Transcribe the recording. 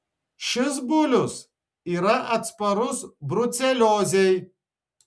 šis bulius yra atsparus bruceliozei